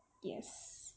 yes